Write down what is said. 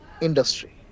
industry